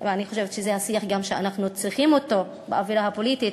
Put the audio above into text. אני חושבת שזה השיח שאנחנו גם צריכים באווירה הפוליטית